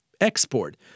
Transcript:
export